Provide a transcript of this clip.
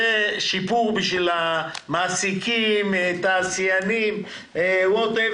זה שיפור למעסיקים, לתעשיינים וכולי.